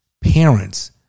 parents